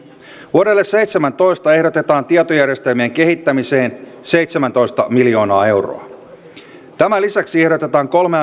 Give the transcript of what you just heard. vuodelle seitsemäntoista ehdotetaan tietojärjestelmien kehittämiseen seitsemäntoista miljoonaa euroa tämän lisäksi ehdotetaan kolme